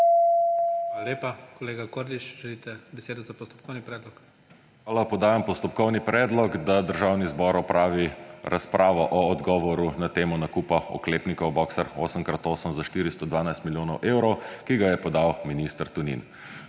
Hvala lepa. Kolega Kordiš želite besedo za postopkovni predlog. **MIHA KORDIŠ (PS Levica):** Hvala. Podajam postopkovni predlog, da Državni zbor opravi razpravo o odgovoru na temo nakupa oklepnikov Boxer 8x8 za 412 milijonov evrov, ki ga je podal minister Tonin.